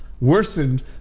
worsened